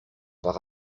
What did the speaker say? par